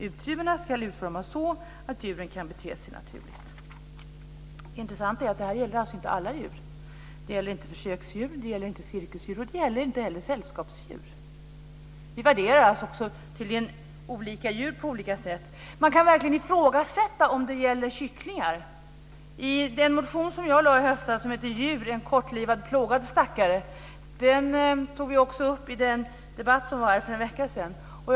Utrymmena skall utformas så, att djuren kan bete sig naturligt." Det intressanta är att det inte gäller alla djur. Det gäller inte försöksdjur, det gäller inte cirkusdjur och det gäller inte heller sällskapsdjur. Vi värderar tydligen också olika djur på olika sätt. Man kan verkligen ifrågasätta om det gäller kycklingar. Den motion som jag väckte i höstas som hette Djur, en kortlivad plågad stackare togs också upp i den debatt som var för en vecka sedan.